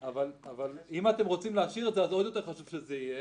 אבל אם אתם רוצים להשאיר את זה אז עוד יותר חשוב שזה יהיה: